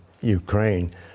Ukraine